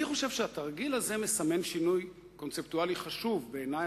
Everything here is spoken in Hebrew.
אני חושב שהתרגיל הזה מסמן שינוי קונספטואלי חשוב בעיני.